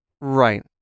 Right